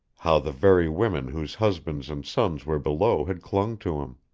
how the very women whose husbands and sons were below had clung to him.